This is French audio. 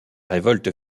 révolte